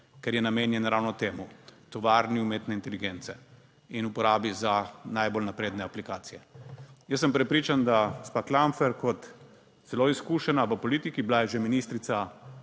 ker je namenjen ravno temu, tovarni umetne inteligence in uporabi za najbolj napredne aplikacije. Jaz sem prepričan, da gospa Klampfer kot zelo izkušena v politiki, bila je že ministrica